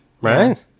Right